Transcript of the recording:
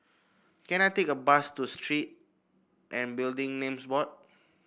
can I take a bus to Street and Building Names Board